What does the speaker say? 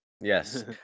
yes